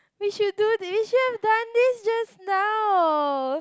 we should do thi~ you should have done this just now